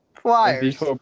Flyers